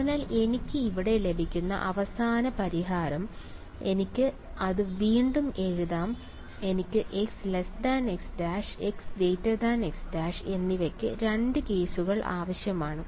അതിനാൽ എനിക്ക് ഇവിടെ ലഭിക്കുന്ന അവസാന പരിഹാരം എനിക്ക് അത് വീണ്ടും എഴുതാം എനിക്ക് x x′ x x′ എന്നിവയ്ക്ക് രണ്ട് കേസുകൾ ആവശ്യമാണ്